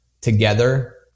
together